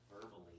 verbally